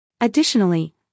Additionally